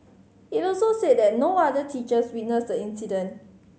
it also said that no other teachers witnessed the incident